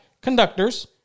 conductors